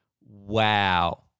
wow